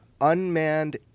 Unmanned